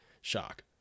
shock